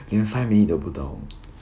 连 five minute 都不到